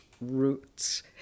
roots